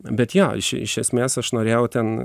bet jo iš esmės aš norėjau ten